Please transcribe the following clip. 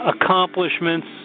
accomplishments